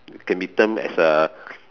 can be termed as a